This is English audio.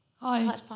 Hi